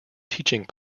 teaching